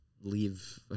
leave